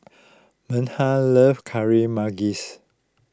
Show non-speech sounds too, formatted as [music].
Meghan loves [unintelligible] Manggis